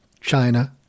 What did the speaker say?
China